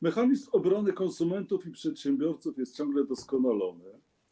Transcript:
Mechanizm ochrony konsumentów i przedsiębiorców jest ciągle doskonalony.